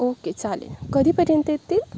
okay चालेल कधीपर्यंत येतील